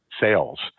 sales